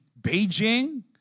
Beijing